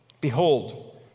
Behold